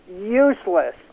useless